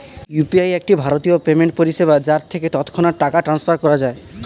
UPI একটি ভারতীয় payment পরিষেবা যার থেকে তৎক্ষণাৎ টাকা ট্রান্সফার করা যায়